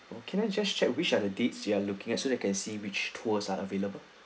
oh can I just checked which are the dates you are looking at so that I can see which tours are available